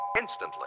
Instantly